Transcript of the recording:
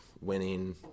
winning